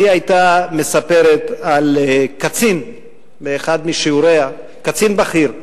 היא היתה מספרת על קצין, קצין בכיר,